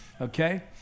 okay